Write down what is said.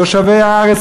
תושבי הארץ,